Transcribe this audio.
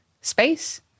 space